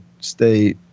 stay